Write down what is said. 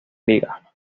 liga